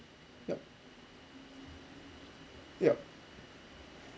yup yup